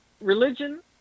religion